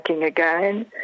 again